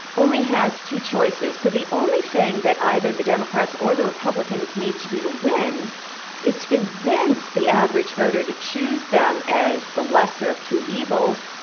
only has two choices. so, the only thing that either the democrats or the republicans need to do to win is to convince the average voter to choose them as the lesser of two evils,